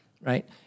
right